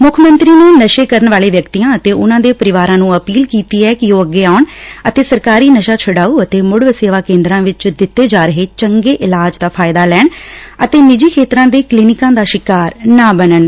ਮੁੱਖ ਮੰਤਰੀ ਨੇ ਨਸ਼ੇ ਕਰਨ ਵਾਲੇ ਵਿਅਕਤੀਆਂ ਅਤੇ ਉਨਾਂ ਦੇ ਪਰਿਵਾਰਾਂ ਨੂੰ ਅਪੀਲ ਕੀਤੀ ਐ ਕਿ ਉਹ ਅੱਗੇ ਆਉਣ ਅਤੇ ਸਰਕਾਰੀ ਨਸ਼ਾ ਛੁਡਾਓ ਅਤੇ ਮੁੜ ਵਸੇਬਾ ਕੇਂਦਰਾਂ ਵਿਚ ਦਿੱਤੇ ਜਾ ਰਹੇ ਚੰਗੇ ਇਲਾਜ ਦਾ ਫਾਇਦਾ ਲੈਣ ਅਤੇ ਨਿੱਜੀ ਖੇਤਰ ਦੇ ਕਲੀਨਕਾਂ ਦਾ ਸ਼ਿਕਾਰ ਨਾ ਬਣਨ